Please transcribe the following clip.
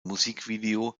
musikvideo